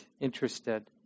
interested